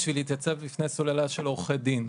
בשביל להתייצב בפני סוללה של עורכי דין.